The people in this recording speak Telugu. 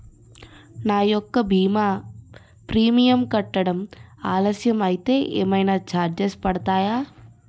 నా యెక్క భీమా ప్రీమియం కట్టడం ఆలస్యం అయితే ఏమైనా చార్జెస్ పడతాయా?